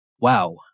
Wow